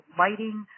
lighting